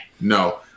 No